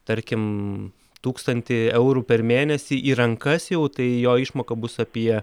tarkim tūkstantį eurų per mėnesį į rankas jau tai jo išmoka bus apie